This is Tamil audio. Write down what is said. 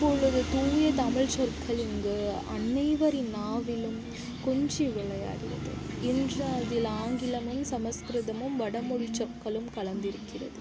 அப்பொழுது தூய தமிழ் சொற்கள் இங்கு அனைவரின் நாவிலும் கொஞ்சி விளையாடியது இன்று அதில் ஆங்கிலமும் சமஸ்கிருதமும் வடமொழிச்சொற்களும் கலந்திருக்கிறது